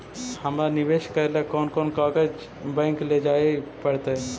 हमरा निवेश करे ल कोन कोन कागज बैक लेजाइ पड़तै?